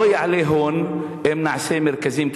לא יעלה הון אם נעשה מרכזים כאלה,